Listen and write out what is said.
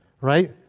Right